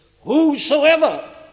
Whosoever